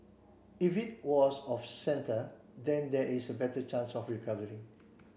if it was off centre then there is a better chance of recovery